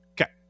Okay